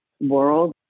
world